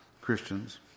Christians